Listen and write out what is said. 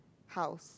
house